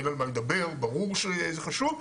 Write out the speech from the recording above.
אין על מה לדבר ברור שזה חשוב.